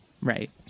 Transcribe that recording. right